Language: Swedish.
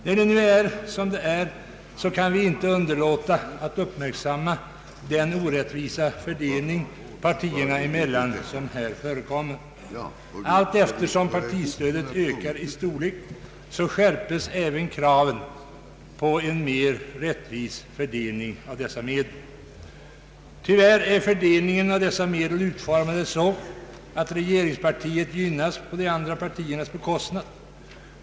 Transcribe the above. När det nu är som det är, kan vi inte underlåta att fästa uppmärksamheten på den orättvisa fördelningen mellan partierna. Allteftersom partistödet ökar i storlek skärpes även kraven på en mer rättvis fördelning av dessa medel. Tyvärr är fördelningsprinciperna för dessa medel utformade så att regeringspartiet gynnas på de andra partiernas bekostnad.